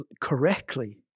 correctly